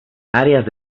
áreas